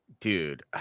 dude